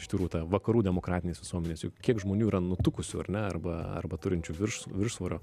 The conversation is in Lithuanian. iš tikrųjų ta vakarų demokratinės visuomenės juk kiek žmonių yra nutukusių ar ne arba arba turinčių viršs viršsvorio